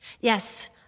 Yes